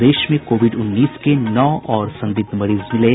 प्रदेश में कोविड उन्नीस के नौ और संदिग्ध मरीज मिले